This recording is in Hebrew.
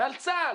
על צה"ל,